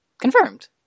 Confirmed